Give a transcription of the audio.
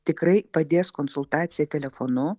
tikrai padės konsultacija telefonu